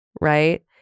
right